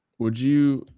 would you,